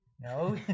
No